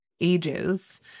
ages